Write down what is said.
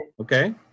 okay